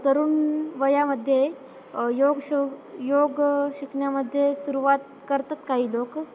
तरुण वयामध्ये योग शो योग शिकण्यामध्ये सुरुवात करतात काही लोकं